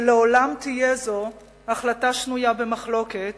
ולעולם תהיה זו החלטה שנויה במחלוקת